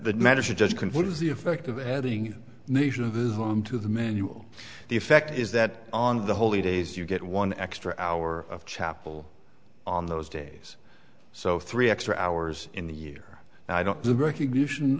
confuse the effect of adding nation of islam to the manual the effect is that on the holy days you get one extra hour of chapel on those days so three extra hours in the year and i don't the recognition